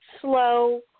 slow